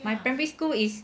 my primary school is